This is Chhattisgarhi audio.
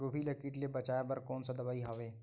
गोभी ल कीट ले बचाय बर कोन सा दवाई हवे?